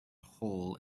hole